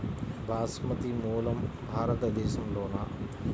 బాస్మతి మూలం భారతదేశంలోనా?